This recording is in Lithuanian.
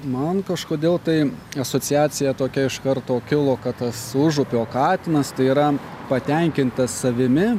man kažkodėl tai asociacija tokia iš karto kilo kad tas užupio katinas tai yra patenkintas savimi